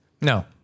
No